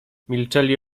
milczeli